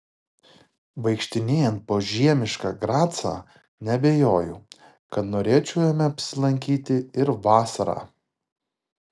vaikštinėjant po žiemišką gracą neabejoju kad norėčiau jame apsilankyti ir vasarą